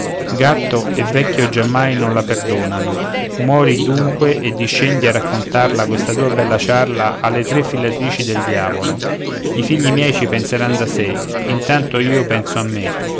gatto e vecchio giammai non la perdonano muori dunque e discendi a raccontarla questa tua bella ciarla alle tre filatrici del diavolo i figli miei ci penseran da sé intanto io penso a me